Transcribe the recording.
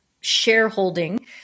shareholding